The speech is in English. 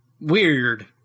weird